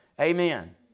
amen